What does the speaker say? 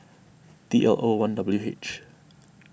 T L O one W H